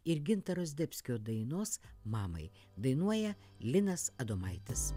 ir gintaro zdebskio dainos mamai dainuoja linas adomaitis